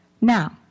Now